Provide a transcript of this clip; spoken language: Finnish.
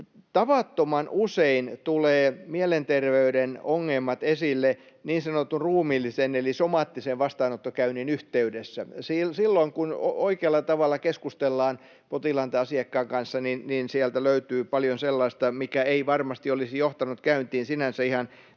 tavattoman usein mielenterveyden ongelmat tulevat esille niin sanotun ruumiillisen eli somaattisen vastaanottokäynnin yhteydessä. Silloin, kun oikealla tavalla keskustellaan potilaan tai asiakkaan kanssa, sieltä löytyy paljon sellaista, mikä ei varmasti olisi johtanut käyntiin sinänsä ihan